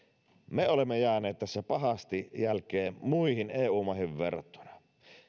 me olemme jääneet tässä pahasti jälkeen muihin eu maihin verrattuna